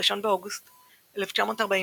ב-1 באוגוסט 1944,